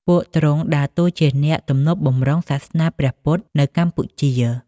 ពួកទ្រង់ដើរតួជាអ្នកទំនុកបម្រុងសាសនាព្រះពុទ្ធនៅកម្ពុជា។